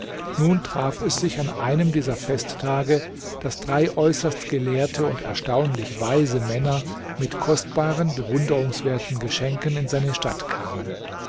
nun traf es sich an einem dieser festtage daß drei äußerst gelehrte und erstaunlich weise männer mit kostbaren bewunderungswerten geschenken in seine stadt kamen